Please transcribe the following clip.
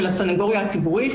הסניגוריה הציבורית,